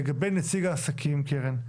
לגבי נציג העסקים קרן,